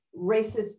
racist